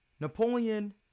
Napoleon